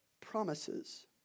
promises